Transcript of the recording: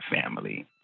family